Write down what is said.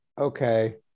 Okay